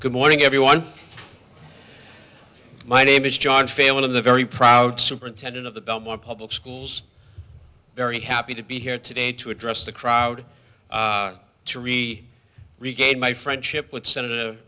good morning everyone my name is john phailin of the very proud superintendent of the belmont public schools very happy to be here today to address the crowd to re regain my friendship with senator